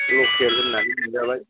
लकेल होननानै मोनजाबाय